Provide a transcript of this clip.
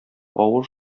авыр